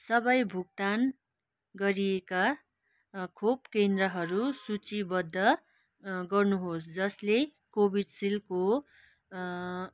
सबै भुक्तान गरिएका खोपकेन्द्रहरू सूचीबद्ध गर्नुहोस् जसले कोभिसिल्डको